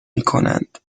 میکنند